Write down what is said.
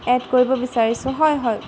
add কৰিব বিচাৰিছোঁ হয় হয়